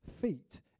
Feet